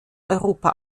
europa